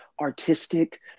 artistic